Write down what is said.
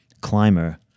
climber